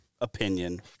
Opinion